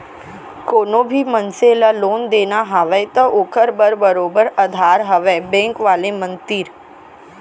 कोनो भी मनसे ल लोन देना हवय त ओखर बर बरोबर अधार हवय बेंक वाले मन तीर